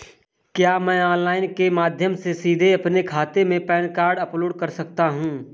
क्या मैं ऑनलाइन के माध्यम से सीधे अपने खाते में पैन कार्ड अपलोड कर सकता हूँ?